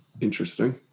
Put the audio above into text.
Interesting